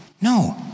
No